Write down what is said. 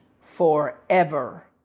forever